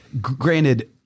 granted